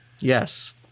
Yes